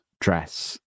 dress